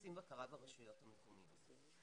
עושים בקרה ברשויות המקומיות.